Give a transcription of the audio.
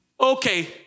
Okay